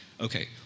Okay